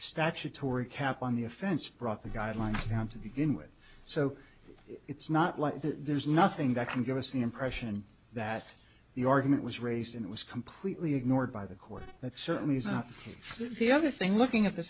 statutory cap on the offense brought the guidelines down to begin with so it's not like there's nothing that can give us the impression that the argument was raised and it was completely ignored by the court that certainly is not the other thing looking at the